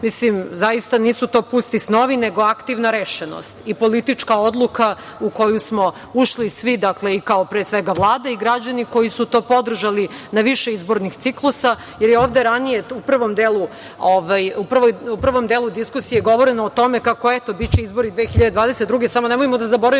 sanjamo. Zaista nisu to pusti snovi, nego aktivna rešenost i politička odluka u koju smo ušli svi i kao Vlada i građani koji su to podržali na više izbornih ciklusa, jer je ovde ranije u prvom diskusije govoreno o tome kako će biti izbori 2022. godine, ali nemojmo da zaboravimo